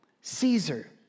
Caesar